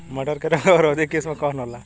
मटर के रोग अवरोधी किस्म कौन होला?